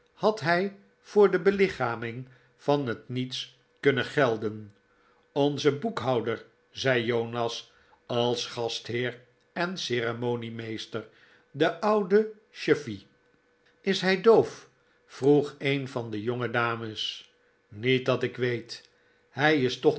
had hij voor de belichaming van het niets kunnen gelden onze boekhouder zei jonas als gast heer en ceremoniemeester de oude chuffey is hij doof vroeg een van de jongedames niet dat ik weet hij is toch